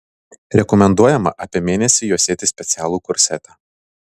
rekomenduojama apie mėnesį juosėti specialų korsetą